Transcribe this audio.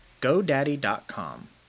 GoDaddy.com